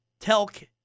Telk